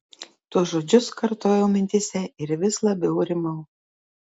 tuos žodžius kartojau mintyse ir vis labiau rimau